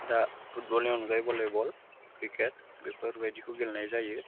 दा फुटबलनि अनगायै भलिबल क्रिकेट बेफोरबायदिखौ गेलेनाय जायो